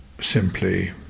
simply